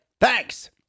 Thanks